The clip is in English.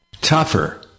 tougher